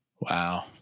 wow